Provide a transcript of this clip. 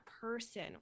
person